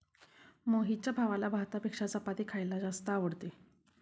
मोहितच्या भावाला भातापेक्षा चपाती खायला जास्त आवडते